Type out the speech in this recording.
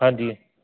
ਹਾਂਜੀ